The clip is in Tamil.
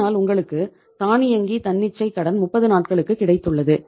இதனால் உங்களுக்கு தானியங்கி தன்னிச்சை கடன் 30 நாட்களுக்கு கிடைத்துள்ளது